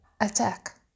Attack